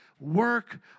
Work